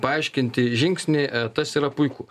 paaiškinti žingsnį tas yra puiku